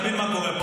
תבין מה קורה פה,